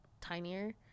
tinier